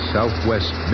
Southwest